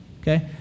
okay